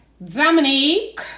Dominique